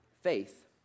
Faith